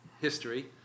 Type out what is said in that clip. history